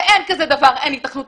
ואין כזה דבר אין היתכנות טכנולוגית.